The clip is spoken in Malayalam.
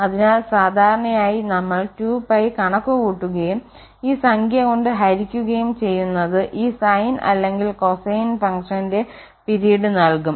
അതിനാൽ സാധാരണയായി നമ്മൾ 2π കണക്കുകൂട്ടുകയും ഈ സംഖ്യ കൊണ്ട് ഹരിക്കുകയും ചെയ്യുന്നത് ഈ sine അല്ലെങ്കിൽ cosine ഫംഗ്ഷന്റെ പിരീഡ് നൽകും